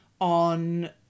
on